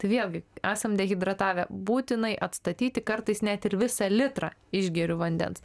tai vėlgi esam dehidratavę būtinai atstatyti kartais net ir visą litrą išgeriu vandens